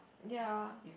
ya